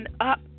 up